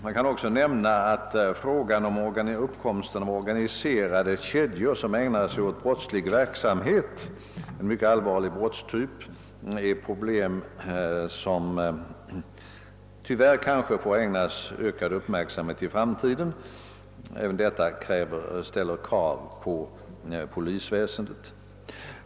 Man kan också nämna att uppkomsten av organiserade kedjor som ägnar sig åt brottslig verksamhet — en allvarlig brottstyp — är ett problem som tyvärr kanske måste ägnas ökad uppmärksamhet i framtiden. Även detta ställer krav på polisväsendet.